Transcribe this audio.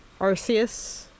Arceus